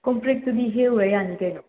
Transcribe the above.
ꯀꯣꯝꯄ꯭ꯔꯦꯛꯇꯨꯗꯤ ꯍꯦꯛꯎꯔ ꯌꯥꯅꯤ ꯀꯩꯅꯣ